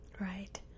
Right